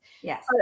Yes